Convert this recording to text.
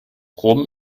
rom